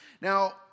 Now